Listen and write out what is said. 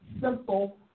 simple